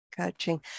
coaching